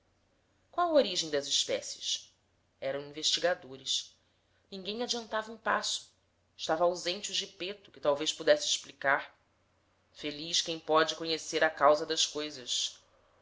qual a origem das espécies eram investigadores ninguém adiantava um passo estava ausente o gipaeto que talvez pudesse explicar feliz quem pode conhecer a causa das coisas